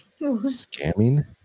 Scamming